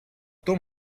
том